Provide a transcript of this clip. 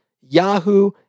Yahoo